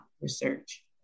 research